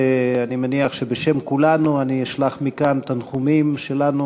אני מניח שבשם כולנו אני אשלח מכאן תנחומים שלנו,